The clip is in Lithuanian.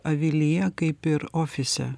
avilyje kaip ir ofise